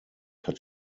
hat